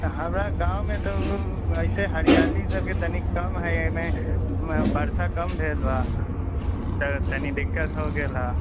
हमरा गाँवमे तऽ एहिसँ हरियालीसभ कनि कम हइ एहिमे वर्षा कम भेल बा तऽ तनि दिक्कत हो गेल हेँ